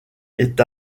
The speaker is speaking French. est